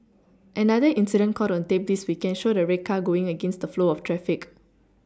another incident caught on tape this weekend showed a red car going against the flow of traffic